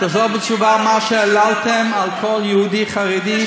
תחזור בתשובה על מה שהעללתם על כל יהודי חרדי,